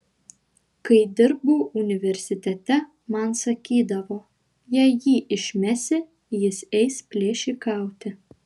kai dirbau universitete man sakydavo jei jį išmesi jis eis plėšikauti